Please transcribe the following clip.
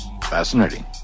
fascinating